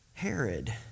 Herod